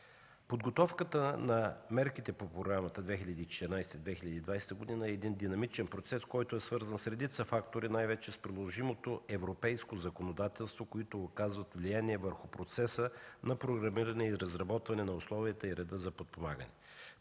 Подготовката на мерките по Програмата 2014-2020 г. е един динамичен процес, който е свързан с редица фактори, най-вече с приложимото европейско законодателство, които оказват влияние върху процеса на програмиране и разработване на условията и реда за подпомагане.